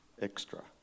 extra